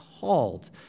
called